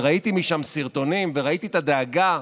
וראיתי משם סרטונים וראיתי את הדאגה,